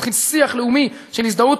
מתחיל שיח לאומי של הזדהות.